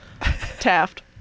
Taft